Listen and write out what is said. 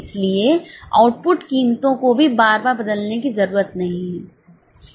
इसलिए आउटपुट कीमतों को भी बार बार बदलने की जरूरत नहीं है